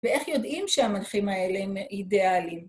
ואיך יודעים שהמנחים האלה הם אידיאליים?